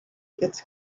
its